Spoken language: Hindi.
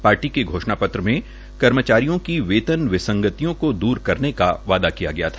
पार्टी के घोषणा पत्र में कर्मचारियों की वेतन विसंगतियों को दूर करने का वायदा किया गया था